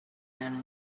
and